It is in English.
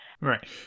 Right